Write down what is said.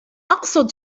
أقصد